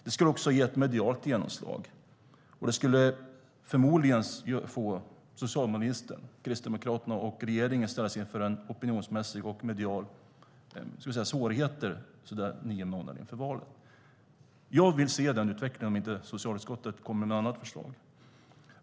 Det skulle också ge ett medialt genomslag, och det skulle förmodligen få socialministern, Kristdemokraterna och regeringen att ställas inför opinionsmässiga och mediala svårigheter nio månader inför valet. Jag vill se denna utveckling om inte socialutskottet kommer med något annat förslag.